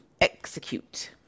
execute